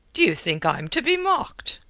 d'you think i'm to be mocked?